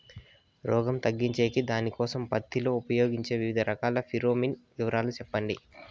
రోగం తగ్గించేకి దానికోసం పత్తి లో ఉపయోగించే వివిధ రకాల ఫిరోమిన్ వివరాలు సెప్పండి